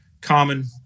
Common